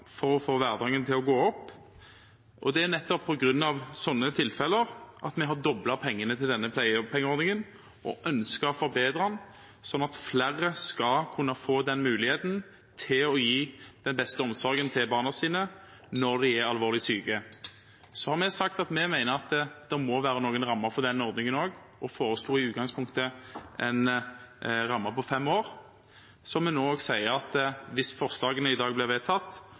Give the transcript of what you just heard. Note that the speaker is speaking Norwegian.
for å få hverdagen til å gå opp, og det er nettopp på grunn av slike tilfeller at vi har doblet bevilgningen til denne pleiepengeordningen og ønsker å forbedre den, slik at flere skal kunne få mulighet til å gi den beste omsorgen til barna sine når de er alvorlig syke. Så har vi sagt at vi mener det må være noen rammer for den ordningen i dag, og vi foreslo i utgangspunktet en ramme på fem år. Vi sier nå at hvis forslagene i dag blir vedtatt,